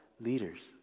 leaders